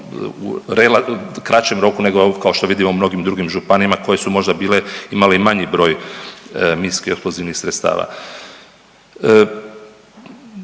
u kraćem roku nego što vidimo u mnogim drugim županijama koje su možda bile imale i manji broj minski-eksplozivnih sredstava.